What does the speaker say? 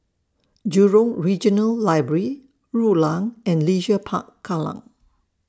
Jurong Regional Library Rulang and Leisure Park Kallang